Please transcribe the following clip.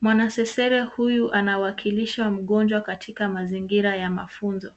Mwanasesere huyu anawakilisha mgonjwa katika mazingira ya mafunzo.